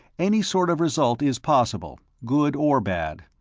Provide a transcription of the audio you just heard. any sort of result is possible, good or bad.